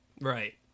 Right